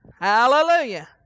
Hallelujah